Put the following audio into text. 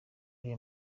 real